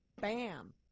bam